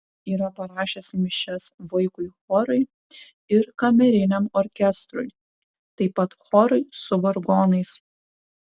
yra parašęs mišias vaikui chorui ir kameriniam orkestrui taip pat chorui su vargonais